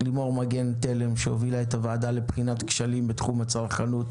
לימור מגן תלם שהובילה את הוועדה לבחינת כשלים בתחום הצרכנות